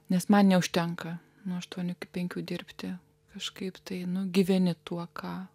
nes man neužtenka nuo aštuonių iki penkių dirbti kažkaip tai nugyveni tuo ką